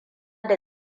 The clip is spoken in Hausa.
da